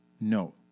No